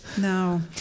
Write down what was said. No